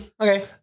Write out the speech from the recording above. okay